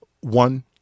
one